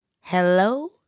Hello